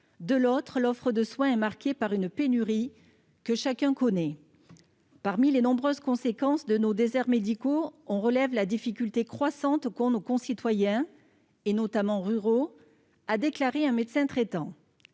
de l'autre, l'offre de soins est marquée par une pénurie que chacun connaît. Parmi les nombreuses conséquences de l'existence de nos déserts médicaux, on relève la difficulté croissante pour nos concitoyens, notamment ruraux, de déclarer un médecin traitant.